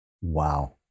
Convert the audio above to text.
Wow